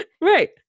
Right